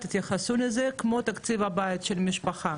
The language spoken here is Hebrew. תתייחסו לזה כמו תקציב בית של משפחה,